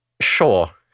Sure